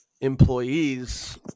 employees